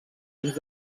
dins